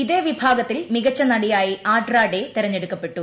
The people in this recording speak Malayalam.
ഇതേ വിഭാഗത്തിൽ മികച്ച നടിയായി ആഡ്രാ ഡേ തെരഞ്ഞെടുക്കപ്പെട്ടു